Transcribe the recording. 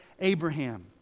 Abraham